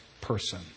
person